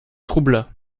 troubla